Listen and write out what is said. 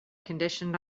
conditioned